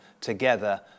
together